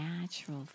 natural